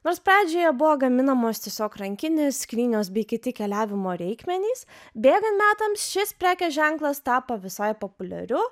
nors pradžioje buvo gaminamos tiesiog rankinės skrynios bei kiti keliavimo reikmenys bėgant metams šis prekės ženklas tapo visai populiariu